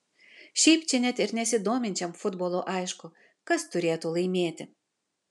šiaip čia net ir nesidominčiam futbolu aišku kas turėtų laimėti